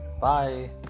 Bye